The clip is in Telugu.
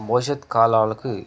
భవిష్యత్తు కాలాలకి